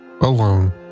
alone